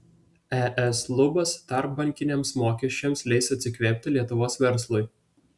es lubos tarpbankiniams mokesčiams leis atsikvėpti lietuvos verslui